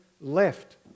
left